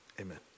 amen